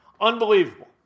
Unbelievable